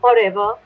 forever